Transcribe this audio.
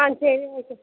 ஆ சரி வைக்கிறேன்